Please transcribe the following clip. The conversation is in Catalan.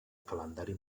calendari